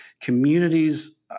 communities